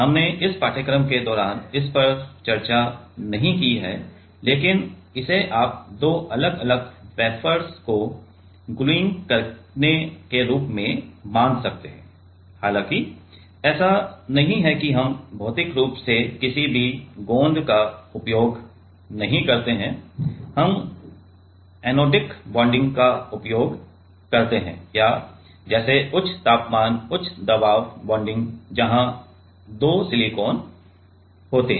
हमने इस पाठ्यक्रम के दौरान इस पर चर्चा नहीं की है लेकिन इसे आप दो अलग अलग वेफर्स को ग्लूइंग करने के रूप में मान सकते हैं हालांकि ऐसा नहीं है कि हम भौतिक रूप से किसी भी गोंद का उपयोग नहीं करते हैं हम एनोडिक बॉन्डिंग का उपयोग करते हैं या जैसे उच्च तापमान उच्च दबाव बॉन्डिंग जहां दो सिलिकॉन होते हैं